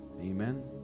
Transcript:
Amen